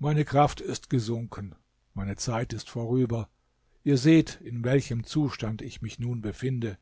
meine kraft ist gesunken meine zeit ist vorüber ihr seht in welchem zustand ich mich nun befinde